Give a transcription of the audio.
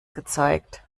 gezeigt